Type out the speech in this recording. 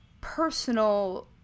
personal